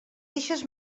deixes